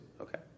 okay